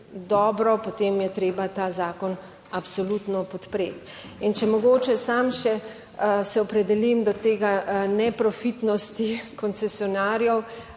dobro, potem je treba ta zakon absolutno podpreti. In če mogoče samo še se opredelim do tega, neprofitnosti koncesionarjev.